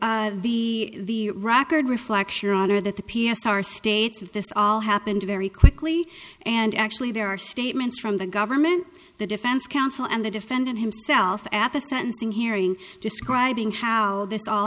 only the record reflects your honor that the p s r states of this all happened very quickly and actually there are statements from the government the defense counsel and the defendant himself at the sentencing hearing describing how this all